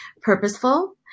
purposeful